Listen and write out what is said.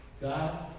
God